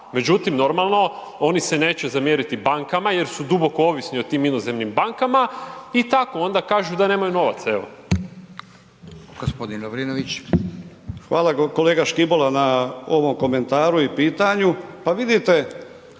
Međutim normalno oni se neće zamjeriti bankama jer su duboko ovisni o tim inozemnim bankama i tako onda kažu da nemaju novaca evo.